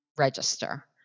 register